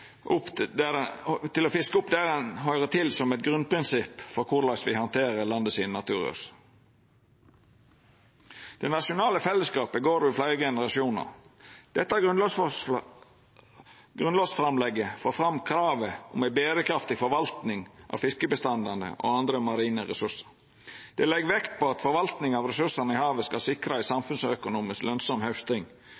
å fiska der ein høyrer til, som eit grunnprinsipp for korleis me handterer naturressursane i landet. Det nasjonale fellesskapet går over fleire generasjonar. Dette grunnlovsframlegget får fram kravet om ei berekraftig forvaltning av fiskebestandane og andre marine ressursar. Det legg vekt på at forvaltninga av ressursane i havet skal sikra ei